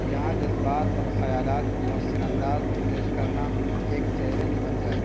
جہاں جذبات اور خیالات کو مؤثر انداز میں پیش کرنا ایک چیلنج بن جائے